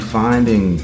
finding